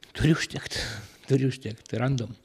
turi užtekt turi užtekt randam